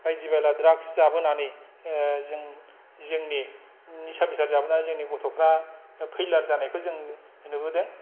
बायदि बेला द्रागस जाबोनानै जों जोंनि निसा बेसाद जाबोनानै जोंनि गथ'फ्रा फेलार जानाय खौ जों नुबोदों